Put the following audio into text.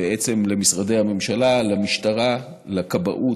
למשרדי הממשלה, למשטרה, לכבאות,